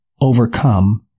overcome